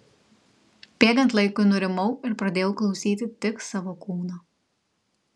bėgant laikui nurimau ir pradėjau klausyti tik savo kūno